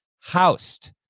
housed